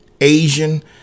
Asian